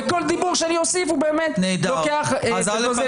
וכל דיבור שאני אוסיף לוקח זמן.